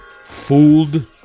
fooled